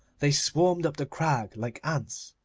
they swarmed up the crag like ants.